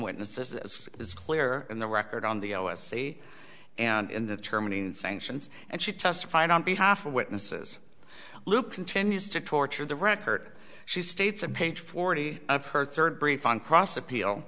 witnesses is clear on the record on the o s c and the terminating sanctions and she testified on behalf of witnesses loop continues to torture the record she states of page forty of her third brief on cross appeal